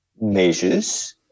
measures